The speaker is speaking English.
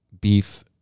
beef